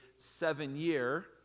seven-year